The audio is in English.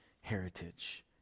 heritage